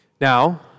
Now